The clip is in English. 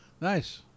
Nice